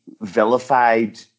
vilified